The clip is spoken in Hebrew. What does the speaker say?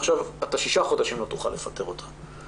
עכשיו 6 חודשים לא תוכל לפטר אותה.